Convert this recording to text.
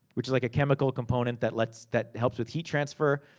which is like a chemical component that lets, that helps with heat transfer.